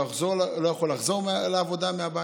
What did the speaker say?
לא יכול לחזור מהעבודה לבית.